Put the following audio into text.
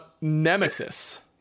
Nemesis